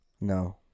No